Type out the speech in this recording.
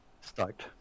stoked